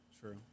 True